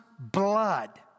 blood